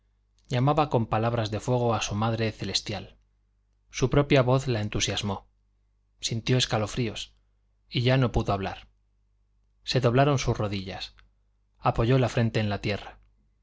llamaba con palabras de fuego a su madre celestial su propia voz la entusiasmó sintió escalofríos y ya no pudo hablar se doblaron sus rodillas apoyó la frente en la tierra